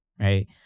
right